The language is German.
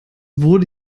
wurde